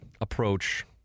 approach